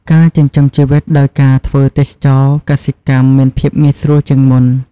ការចិញ្ចឹមជីវិតដោយការធ្វើទេសចរណ៍កសិកម្មមានភាពងាយស្រួលជាងមុន។